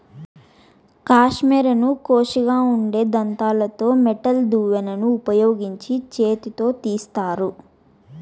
కష్మెరెను కోషిగా ఉండే దంతాలతో మెటల్ దువ్వెనను ఉపయోగించి చేతితో తీస్తారు